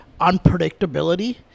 unpredictability